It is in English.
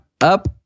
up